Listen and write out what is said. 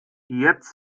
jetzt